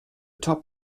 top